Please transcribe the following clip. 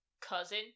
cousin